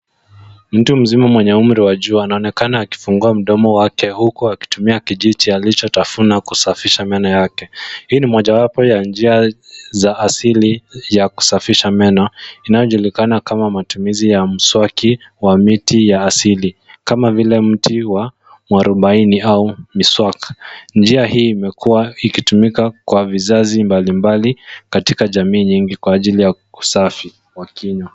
Mtu mzima mwenye umri wa juu anaonekana akifungua mdomo wake huku akitumia kijiti alichotafuna kusafisha meno yake. Hii ni mojawapo wa njia za asili ya kusafisha meno inayojulikana kama matumizi ya mswaki wa miti ya asili kama vile mti wa mwarubaini au miswak. Njia hii imekuwa ikitumika kwa vizazi mbalimbali katika jamii nyingi kwa ajili ya usafi wa kinywa.